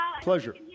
Pleasure